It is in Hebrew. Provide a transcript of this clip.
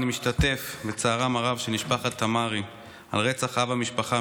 אני משתתף בצערה הרב של משפחת תמרי על רצח אב המשפחה,